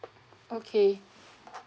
okay